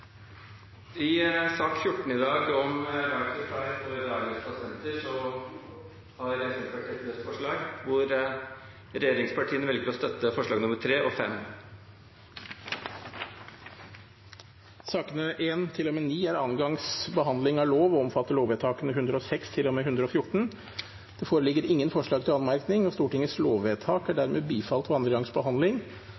I sak nr. 14, om «right to try» for ALS-pasienter, velger regjeringspartiene å støtte Senterpartiets forslag nr. 3 og 5. Sakene nr. 1–9 er andre gangs behandling av lover og gjelder lovvedtakene 106 til og med 114. Det foreligger ingen forslag til anmerkning. Stortingets lovvedtak er